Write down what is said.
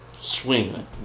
swing